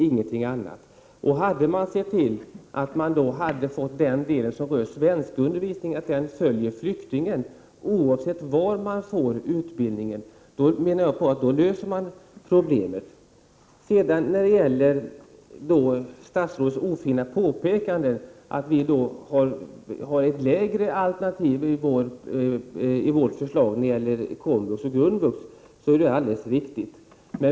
Ser man till att den del som rör svenskundervisning följer flyktingen oavsett var denne får utbildning, löser man problemet, menar jag. Statsrådets ofina påpekande att vi i vårt förslag har ett lägre alternativ när det gäller komvux och grundvux är alldeles riktigt.